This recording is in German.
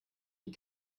die